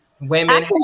women